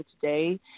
today